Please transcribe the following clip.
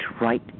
right